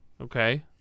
Okay